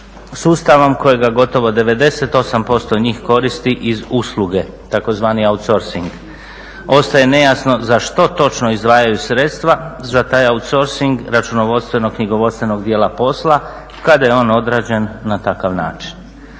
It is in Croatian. sustavom kojega gotovo 98% njih koristi iz usluge, tzv. outsorcing. Ostaje nejasno za što točno izdvajaju sredstva za taj outsorcing računovodstveno-knjigovodstvenog dijela posla kada je on odrađen na takav način?